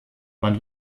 man